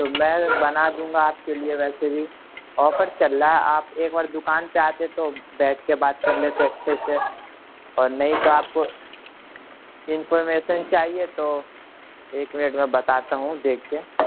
تو میں بنا دوں گا آپ کے لیے ویسے بھی آفر چل رہا ہے آپ ایک بار دکان پہ آتے تو بیٹھ کے بات کر لیتے اچھے سے اور نہیں تو آپ کو انفارمیشن چاہیے تو ایک منٹ میں بتاتا ہوں دیکھ کے